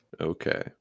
Okay